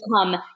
come